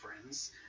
friends